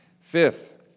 Fifth